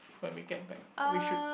when we get back we should